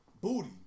booty